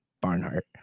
Barnhart